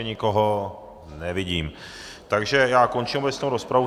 Nikoho nevidím, takže končím obecnou rozpravu.